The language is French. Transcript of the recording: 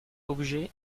objet